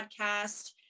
podcast